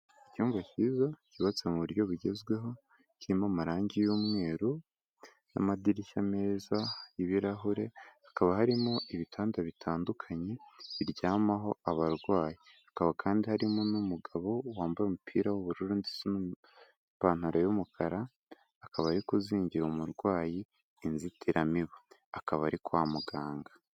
Icyumba kiza cyubatse mu buryo bugezweho, kirimo amarangi y'umweru n'amadirishya meza y'ibirahure, hakaba harimo ibitanda bitandukanye, biryamaho abarwayi, hakaba kandi harimo n'umugabo wambaye umupira w'ubururu ndetse n'ipantaro y'umukara, akaba ari kuzingira umurwayi inzitiramibu, akaba ari kwa muganga.